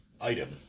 item